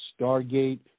Stargate